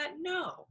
No